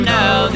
now